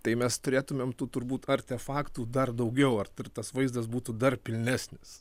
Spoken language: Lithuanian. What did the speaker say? tai mes turėtumėm tų turbūt artefaktų dar daugiau ar ir tas vaizdas būtų dar pilnesnis